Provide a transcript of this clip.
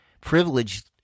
privileged